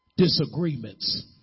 disagreements